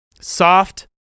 soft